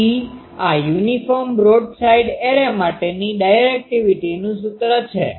તેથી આ uniform broadside array માટેની ડાયરેકટીવીટીનુ સૂત્ર છે